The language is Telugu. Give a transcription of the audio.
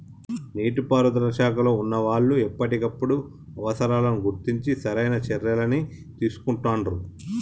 నీటి పారుదల శాఖలో వున్నా వాళ్లు ఎప్పటికప్పుడు అవసరాలను గుర్తించి సరైన చర్యలని తీసుకుంటాండ్రు